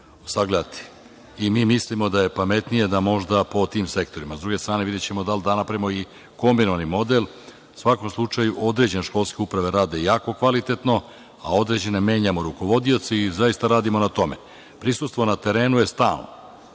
sagledati. I mi mislimo da je pametnije da možda po tim sektorima. Sa druge strane, videćemo da li da napravimo kombinovani model. U svakom slučaju, određene školske uprave rade jako kvalitetno, a u određenim menjamo rukovodioce i zaista radimo na tome. Prisustvo na terenu je stalno,